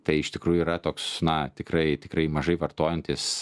tai iš tikrųjų yra toks na tikrai tikrai mažai vartojantis